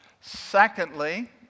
secondly